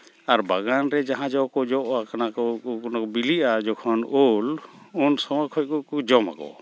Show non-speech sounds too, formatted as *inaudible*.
ᱟᱨ ᱵᱟᱜᱟᱱ ᱨᱮ ᱡᱟᱦᱟᱸ ᱡᱚ ᱠᱚ ᱡᱚᱜ ᱠᱟᱱᱟ *unintelligible* ᱚᱱᱟ ᱠᱚ ᱵᱤᱞᱤᱜᱼᱟ ᱡᱚᱠᱷᱚᱱ ᱩᱞ ᱩᱱ ᱥᱚᱢᱚᱭ ᱠᱷᱚᱱ ᱠᱚ ᱡᱚᱢᱟᱠᱚ